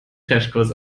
crashkurs